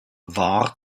wahr